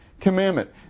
Commandment